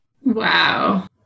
Wow